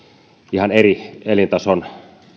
ihan eri elintasolle